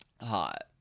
Hot